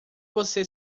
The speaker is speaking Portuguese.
você